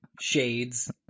shades